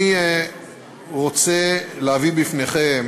אני רוצה להביא בפניכם